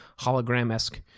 hologram-esque